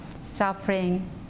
suffering